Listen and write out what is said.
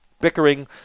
bickering